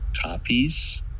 copies